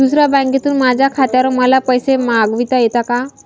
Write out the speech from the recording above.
दुसऱ्या बँकेतून माझ्या खात्यावर मला पैसे मागविता येतात का?